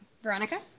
Veronica